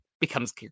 becomes